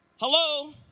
Hello